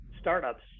startups